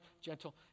gentle